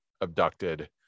abducted